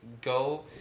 go